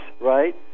right